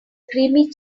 creamy